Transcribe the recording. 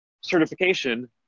certification